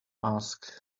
ask